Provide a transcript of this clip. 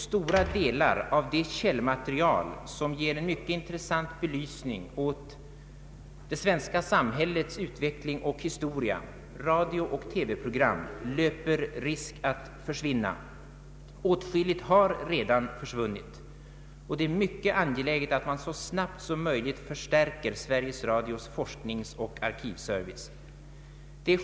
Stora delar av det källmaterial som ger en intressant belysning åt det svenska samhällets utveckling och historia, radiooch TV-program löper dessutom risk att försvinna. Åtskilligt har faktiskt redan försvunnit. Det är därför mycket angeläget att så snabbt som möjligt förstärka Sveriges Radios forskningsoch arkivservice.